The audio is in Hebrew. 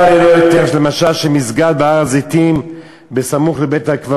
תראי מה קורה, 2 מיליון ערבים בתוך הקו